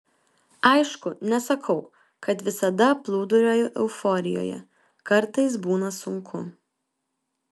aišku nesakau kad visada plūduriuoju euforijoje kartais būna sunku